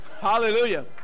Hallelujah